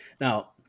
Now